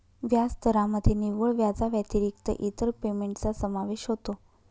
व्याजदरामध्ये निव्वळ व्याजाव्यतिरिक्त इतर पेमेंटचा समावेश होतो